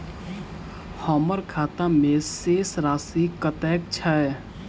हम्मर खाता मे शेष राशि कतेक छैय?